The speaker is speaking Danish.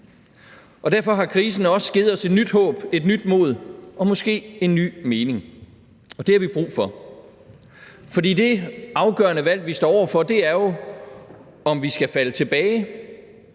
derfor har krisen også givet os et nyt håb, et nyt mod og måske en ny mening, og det har vi brug for. For det afgørende valg, vi står over for, er jo, om vi skal falde tilbage